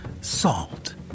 salt